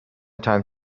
time